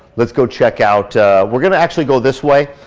let's go check out we're gonna actually go this way.